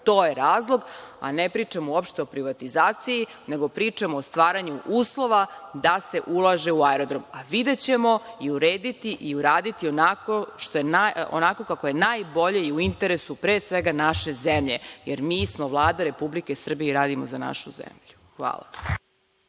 To je razlog, a ne pričamo uopšte o privatizaciji, nego pričamo o stvaranju uslova da se ulaže u aerodrom. Videćemo, urediti i uraditi onako kako je najbolje i u interesu pre svega naše zemlje, jer mi smo Vlada Republike Srbije i radimo za našu zemlju. Hvala.